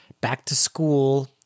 back-to-school